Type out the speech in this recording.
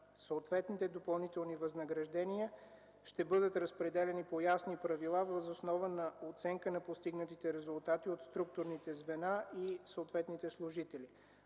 Съответните допълнителни възнаграждения ще бъдат разпределяни по ясни правила въз основа на оценка на постигнатите резултати от структурните звена и съответните служители.